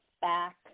back